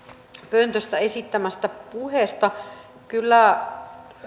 pöntöstä esittämästä puheesta kyllä